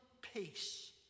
peace